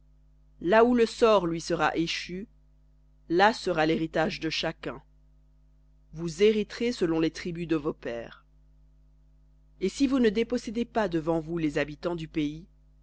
là où le sort lui sera échu là sera de chacun vous hériterez selon les tribus de vos pères et si vous ne dépossédez pas devant vous les habitants du pays